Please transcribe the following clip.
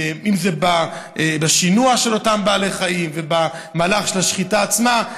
אם זה בשינוע של אותם בעלי חיים ואם במהלך השחיטה עצמה,